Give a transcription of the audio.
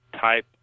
type